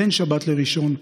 בין שבת לראשון,